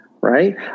Right